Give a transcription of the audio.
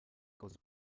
goes